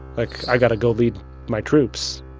like, i've got to go lead my troops.